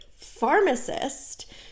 pharmacist